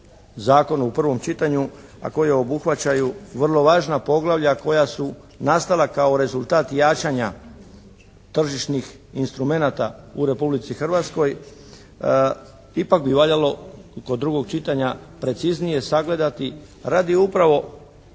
Zakonu u prvom čitanju, a koje obuhvaćaju vrlo važna poglavlja koja su nastala kao rezultat jačanja tržišnih instrumenata u Republici Hrvatskoj ipak bi valjalo kod drugog čitanja preciznije sagledati radi upravo